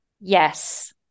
Yes